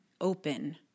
open